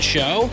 Show